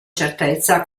certezza